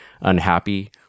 unhappy